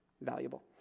valuable